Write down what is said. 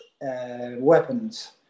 weapons